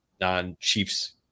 non-Chiefs